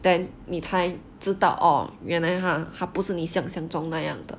then 你才知道 orh 原来他不是你想象中那样的